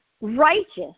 righteous